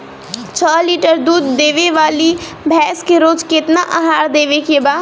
छह लीटर दूध देवे वाली भैंस के रोज केतना आहार देवे के बा?